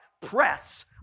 press